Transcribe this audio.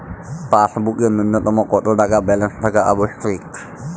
পাসবুকে ন্যুনতম কত টাকা ব্যালেন্স থাকা আবশ্যিক?